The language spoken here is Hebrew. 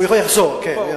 הוא יחזור.